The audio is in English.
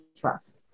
trust